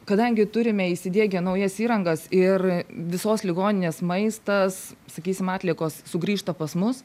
kadangi turime įsidiegę naujas įrangas ir visos ligoninės maistas sakysim atliekos sugrįžta pas mus